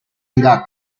irak